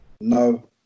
No